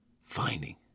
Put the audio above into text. finding